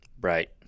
Right